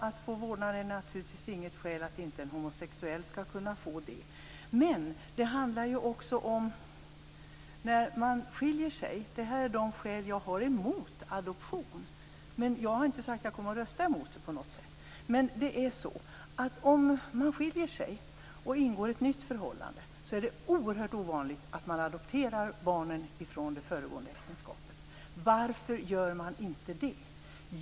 Det finns naturligtvis inget skäl för att inte en homosexuell skall kunna få vårdnad om ett barn. Men det finns några skäl som jag har emot adoption - därmed inte sagt att jag inte kommer att rösta emot det. Om man skiljer sig och ingår ett nytt förhållande är det oerhört ovanligt att barnen från det föregående förhållandet adopteras. Varför gör man inte det?